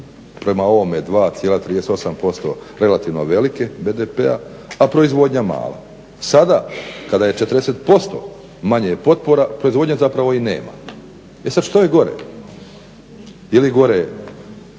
prema ovome 2,38% relativno velike BDP-a a proizvodnja mala. Sada kada je 40% manje potpora proizvodnje zapravo i nema. E sad, što je gore? Je li gore